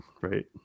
right